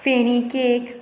feni cake